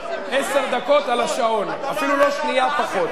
עשר דקות על השעון, אפילו לא שנייה פחות.